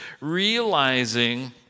realizing